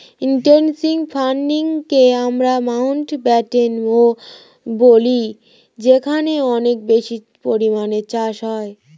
intensive ফার্মিংকে আমরা মাউন্টব্যাটেনও বলি যেখানে অনেক বেশি পরিমাণে চাষ হয়